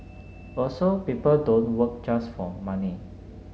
also people don't work just for money